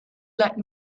let